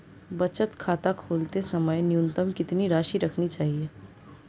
बचत खाता खोलते समय न्यूनतम कितनी राशि रखनी चाहिए?